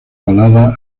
balada